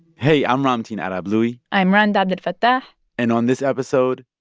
hey, i'm ramtin arablouei i'm rund abdelfatah and on this episode,